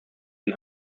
den